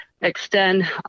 extend